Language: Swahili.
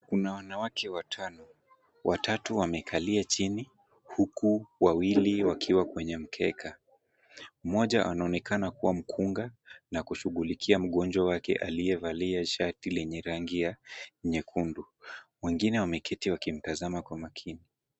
Kuna wanawake watano, watatu wamekalia chini huku wawili wakiwa kwenye mkeka. Mmoja anaonekana kuwa mkunga na kushughulikia mgonjwa wake aliyevalia shati lenye rangi ya nyekundu. Wengine wameketi wakimtazama kwa makini.